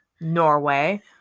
Norway